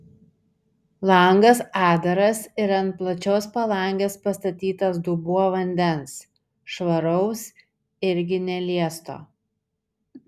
langas atdaras ir ant plačios palangės pastatytas dubuo vandens švaraus irgi neliesto